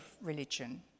religion